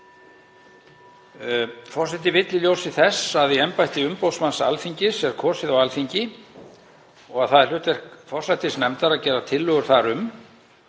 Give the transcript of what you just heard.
Forseti vill, í ljósi þess að í embætti umboðsmanns Alþingis er kosið á Alþingi og að það er hlutverk forsætisnefndar að gera tillögu þar um,